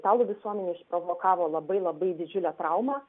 italų visuomenėj provokavo labai labai didžiulę traumą